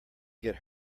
get